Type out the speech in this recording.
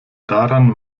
daran